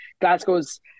Glasgow's